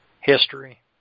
history